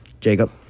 Jacob